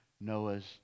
Noah's